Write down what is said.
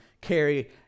carry